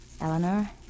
Eleanor